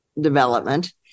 development